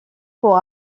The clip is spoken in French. pour